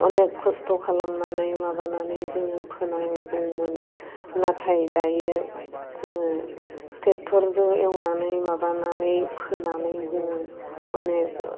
अनेक खस्थ' खालामनानै माबानानै जोङो फोनांगौमोन नाथाय दायो जोङो ट्रेक्ट'रजों एवनानै माबानानै फोनानै जोङो अनेक